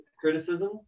criticism